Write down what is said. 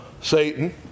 Satan